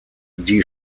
die